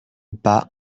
pas